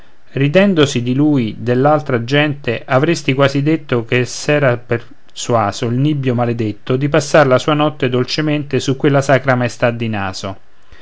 ridendosi di lui dell'altra gente avresti quasi detto che s'era persuaso il nibbio maledetto di passar la sua notte dolcemente su quella sacra maestà di naso